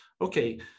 Okay